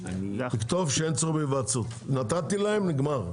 תכתוב שאין צורך בהיוועצות, נתתי להם, נגמר.